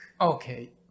Okay